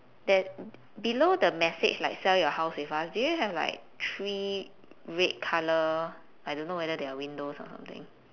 that below the message like sell your house with us do you have like three red colour I don't know whether they are windows or something